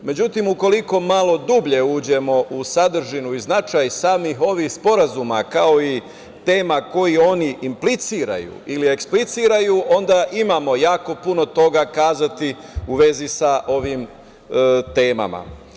Međutim, ukoliko malo dublje uđemo u sadržinu i značaj samih ovih sporazuma, kao i tema koje oni impliciraju ili ekspliciraju, onda imamo jako puno toga kazati u vezi sa ovim temama.